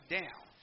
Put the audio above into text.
down